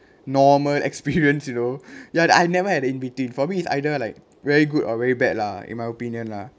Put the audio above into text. normal experience you know ya I never had in-between for me it's either like very good or very bad lah in my opinion lah